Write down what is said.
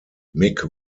mick